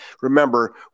Remember